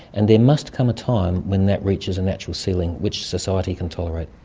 and there must come a time when that reaches a natural ceiling which society can tolerate.